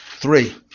three